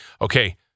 Okay